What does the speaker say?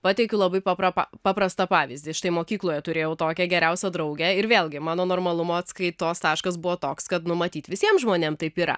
pateikiu labai papra paprastą pavyzdį štai mokykloje turėjau tokią geriausią draugę ir vėlgi mano normalumo atskaitos taškas buvo toks kad nu matyt visiem žmonėm taip yra